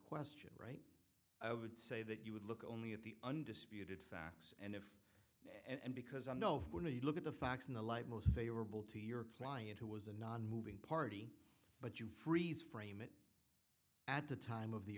question right i would say that you would look only at the undisputed facts and if and because i know if we're going to look at the facts in the light most favorable to your client who was a nonmoving party but you freeze frame it at the time of the